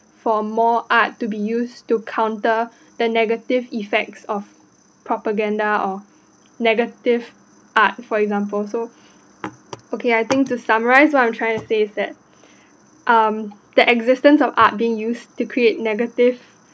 for more art to be used to counter the negative effects of propaganda of negative art for example so okay I think to summarise what I trying to say that um the existence of art been used to create negative